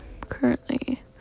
currently